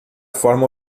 forma